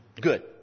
good